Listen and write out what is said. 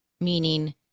meaning